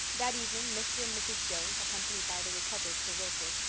that evening mr. and mrs. joe, accompanied by the recovered sir wilfrid,